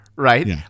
Right